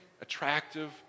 attractive